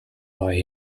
buy